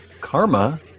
karma